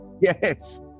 Yes